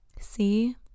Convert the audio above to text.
See